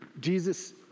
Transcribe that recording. Jesus